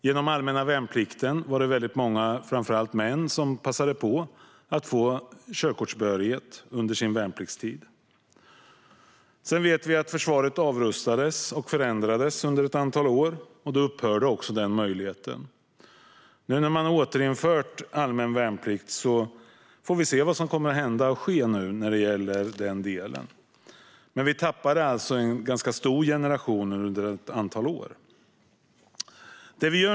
Genom allmänna värnplikten var det framför allt många män som passade på att få körkortsbehörighet under värnpliktstiden. Sedan vet vi att försvaret avrustades och förändrades under ett antal år. Då upphörde också den möjligheten. Nu när allmän värnplikt har återinförts får vi se vad som kommer att hända och ske i den delen. Men vi tappade en stor generation under ett antal år.